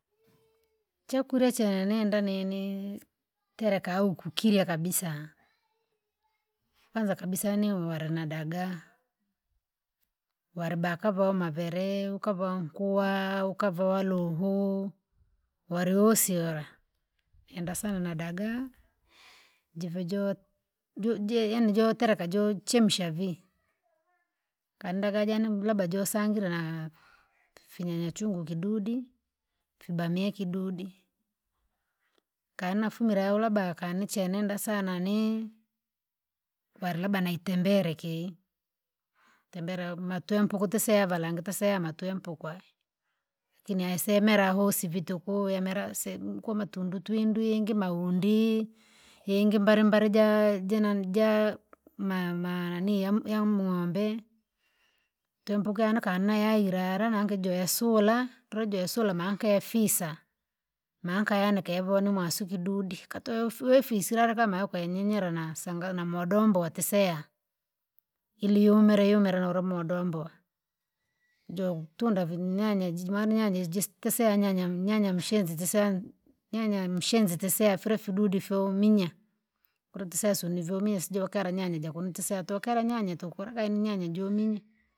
Chakurya cha nenenda nini tereka uku kukirya kabisa, kwanza kabisa yaani ware na dagaa, ware bakava oma veere ukava, ukava nkuwa ukava valuhu, wari wosi wula, enda sana na dagaa, jive jo- jila yaani jotaraka jochemsha vii. Kanda kajana mu- labda josangire na- finyanyachungu kidudi, fibamia kidudi, kna fumira uraba akani che nenda sana ni! Ware labda na itembere kii, tembere matwempe ukutise valangi teseye amatwempu kwai. Lakini aisemera vosi vituku imera asee u- kwamatundu tundu yingi maundii! Yingi mbalimbali jaa- jina jaa ma- mananii ya- yamng'ombee. twempuke ane kana yairara nangi joisula? Ule jaisula manke ifisa, manka yaani kaivo ni mwasu kidudi kato weifi weifusilala kama yako enyenye nasanga namodommbo watiseya. Ili yumire yumire noromodomboa, jo tunda vi- nyanya jivanyanya jitse nyanya nyanya mshenzi jise, nyanya mshenzi jisefile vidudi fyominya, kula tusese univyo minya sijokera nyanya jakuno tuseya tokera nyanya tukulaka inyanya juminya.